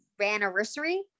anniversary